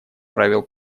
правил